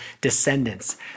descendants